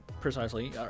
Precisely